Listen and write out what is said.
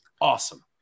awesome